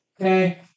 Okay